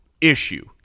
issue